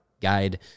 guide